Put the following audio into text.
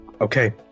okay